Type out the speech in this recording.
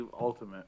ultimate